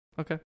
Okay